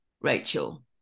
Rachel